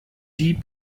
die